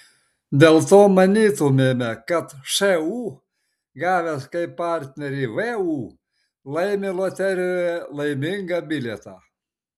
dėl to manytumėme kad šu gavęs kaip partnerį vu laimi loterijoje laimingą bilietą